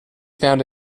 found